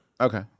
okay